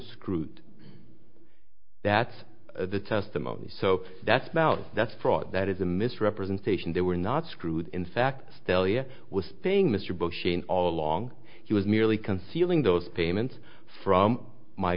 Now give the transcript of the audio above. screwed that the testimony so that's about that fraud that is a misrepresentation they were not screwed in fact still here was paying mr bush in all along he was merely concealing those payments from my